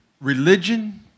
religion